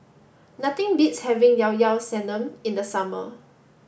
nothing beats having Llao Llao Sanum in the summer